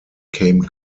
came